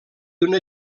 una